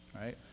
right